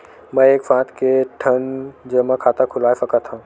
मैं एक साथ के ठन जमा खाता खुलवाय सकथव?